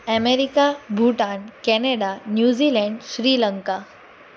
America Bhutan Canada New Zealand Sri Lanka